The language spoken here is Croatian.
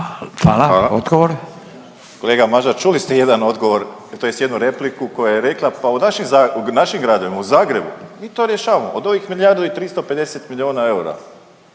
Josip (HDZ)** Kolega Mažar čuli ste jedan odgovor tj. jednu repliku koju je rekla pa u našim gradovima u Zagrebu mi to rješavamo od ovih milijardu i 350 milijuna eura